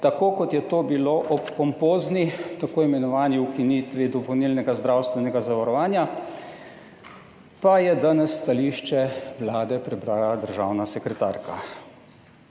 tako kot je to bilo ob pompozni t. i. ukinitvi dopolnilnega zdravstvenega zavarovanja, pa je danes stališče vlade prebrala državna sekretarka.